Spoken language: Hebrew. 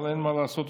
אבל אין מה לעשות,